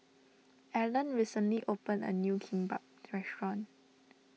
Ellen recently open a new Kimbap restaurant